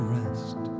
rest